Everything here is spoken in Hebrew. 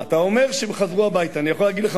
אני אעשה זאת.